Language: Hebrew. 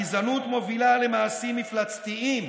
הגזענות מובילה למעשים מפלצתיים